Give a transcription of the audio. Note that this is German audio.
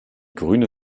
grüne